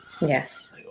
Yes